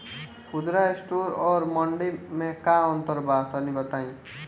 खुदरा स्टोर और मंडी में का अंतर बा तनी बताई?